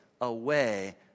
away